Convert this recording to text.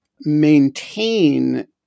maintain